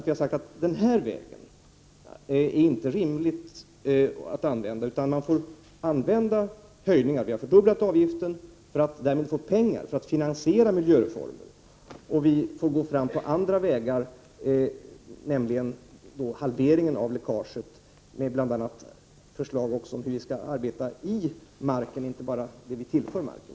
Vi har sagt att det inte är rimligt att gå fram på den vägen. Man får använda höjningar. Vi har fördubblat avgiften för att därmed få pengar för att finansiera miljöreformer. Vi får också gå fram på andra vägar och uppnå en halvering av läckaget, bl.a. med förslag om hur vi skall arbeta i marken — och inte bara med det vi tillför marken.